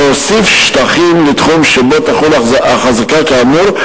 להוסיף שטחים לתחום שבו תחול החזקה כאמור.